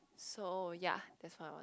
so ya that what I want